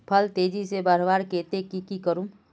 फल तेजी से बढ़वार केते की की करूम?